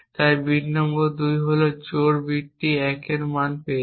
তাই bit number 2 হল জোড় বিটটি 1 এর মান পেয়েছে